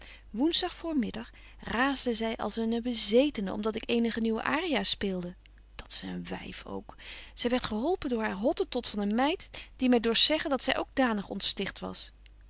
woensdag voormiddag raasde zy als eene bezeetene om dat ik eenige nieuwe aria's speelde dat's een wyf ook zy werdt geholpen door haar hottentot van een meid die my dorst zeggen dat zy ook danig ontsticht was